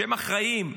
שהם אחראים,